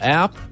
app